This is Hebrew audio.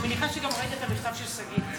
אני מניחה שגם ראית את המכתב של שגיא.